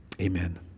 amen